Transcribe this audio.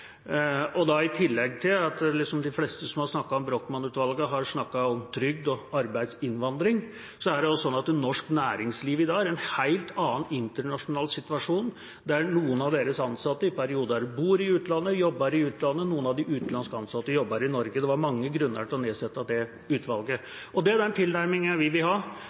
I tillegg til at de fleste som har snakket om Brochmann-utvalget, har snakket om trygd og arbeidsinnvandring, er det slik at norsk næringsliv i dag er i en helt annen internasjonal situasjon, der noen av deres ansatte i perioder bor i utlandet og jobber i utlandet, og noen av de utenlandske ansatte jobber i Norge – det var mange grunner til å nedsette det utvalget. Det er den tilnærminga vi vil ha.